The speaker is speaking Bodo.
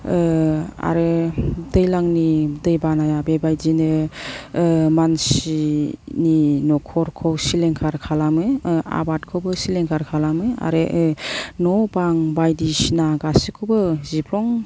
आरो दैलांनि दै बाना बेबायदिनो मानसिनि नखरखौ सिलिंखार खालामो आबादखौबो सिलिंखार खालामो आरो न बां बायदिसिना गासिखौबो जिफ्लं